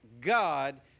god